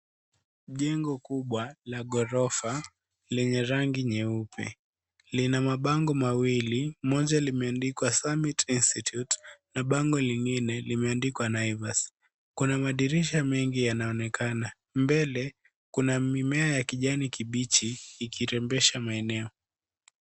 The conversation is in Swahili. Jengo kubwa la gorofa lenye rangi nyeupe lina mabango mawili moja limeandikwa Summit institute na bango nyingine limeandikwa Naivas kuna madirisha mengine yanaonekana mbele kuna mimea ya kijani kibichi ikirembesha maeneo.